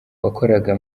wakoraga